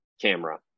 camera